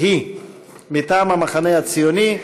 היא מטעם המחנה הציוני: